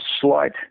slight